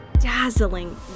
dazzling